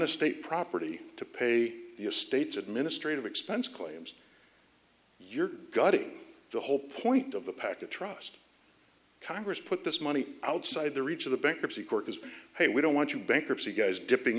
estate property to pay your state's administrative expense claims you're gutting the whole point of the package trust congress put this money outside the reach of the bankruptcy court as hey we don't want you bankruptcy guys dipping